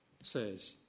says